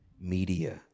media